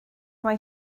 mae